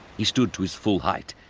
he stood to his full height,